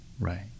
Right